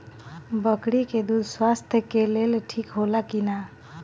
बकरी के दूध स्वास्थ्य के लेल ठीक होला कि ना?